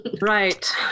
Right